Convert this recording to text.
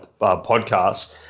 podcasts